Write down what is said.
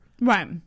right